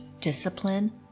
discipline